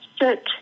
sit